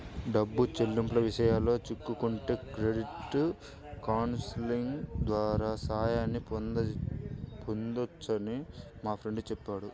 డబ్బు చెల్లింపుల విషయాల్లో చిక్కుకుంటే క్రెడిట్ కౌన్సిలింగ్ ద్వారా సాయాన్ని పొందొచ్చని మా ఫ్రెండు చెప్పాడు